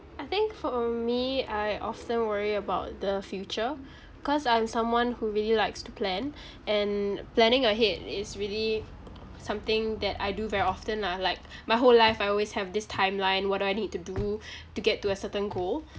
I think for me I often worry about the future cause I'm someone who really likes to plan and planning ahead is really something that I do very often lah like my whole life I always have this timeline what do I need to do to get to a certain goal